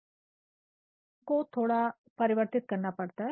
तो हमको थोड़ा परिवर्तित करना पड़ता है